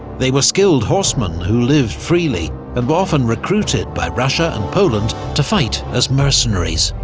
they were skilled horsemen who lived freely, and were often recruited by russia and poland to fight as mercenaries.